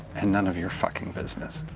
and none of your fucking business.